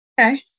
Okay